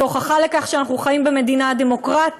זאת הוכחה לכך שאנחנו חיים במדינה דמוקרטית,